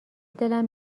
دلم